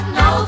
no